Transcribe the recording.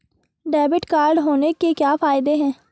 Debit card होने के क्या फायदे हैं?